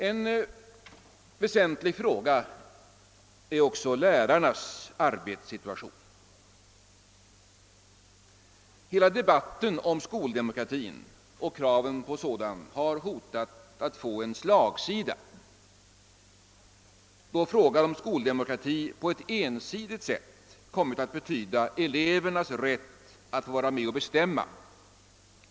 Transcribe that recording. En väsentlig fråga är också lärarnas arbetssituation. Hela debatten om kraven på skoldemokrati har hotat att få slagsida, då frågan om skoldemokrati på ett ensidigt sätt kommit att bli liktydig med elevernas rätt att vara med och bestämma.